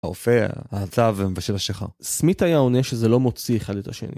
האופה, הצב ומבשל השיכר. סמית היה עונה שזה לא מוציא אחד את השני.